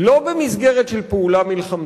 לא במסגרת של פעולה מלחמתית,